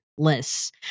lists